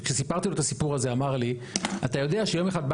שכשאתם סיפרתם את הסיפור הזה אמר לי אתה יודע שיום אחד בא